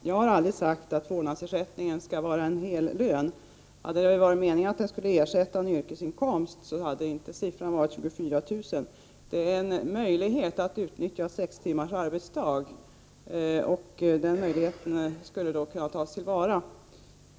Herr talman! Jag har aldrig sagt att vårdnadsersättningen skall vara en hel lön. Om det hade varit meningen att den skulle ersätta en yrkesinkomst, då hade inte beloppet varit 24 000 kr. Detta innebär en möjlighet att utnyttja sex timmars arbetsdag. Den möjligheten skulle därmed kunna tas till vara.